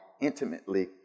intimately